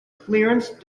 clearance